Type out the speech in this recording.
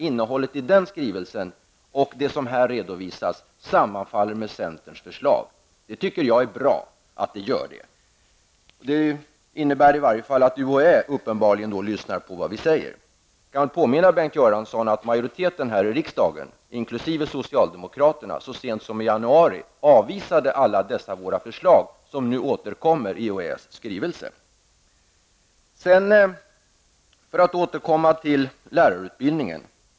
Innehållet i den skrivelsen och vad som här redovisas sammanfaller med centerns förslag. Det tycker jag är bra. Det innebär att i varje fall UHÄ uppenbarligen lyssnar på vad vi säger. Jag kan påminna Bengt Göransson om att majoriteten i riksdagen, inkl. socialdemokraterna, så sent som i januari avvisade alla dessa våra förslag som nu återkommer i UHÄs skrivelse. Jag återkomer till lärarutbildningen.